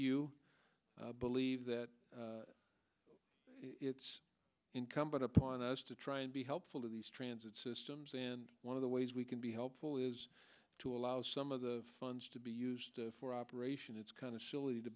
you believe that it's incumbent upon us to try and be helpful to these transit systems and one of the ways we can be helpful is to allow some of the funds to be used for operations it's kind of silly to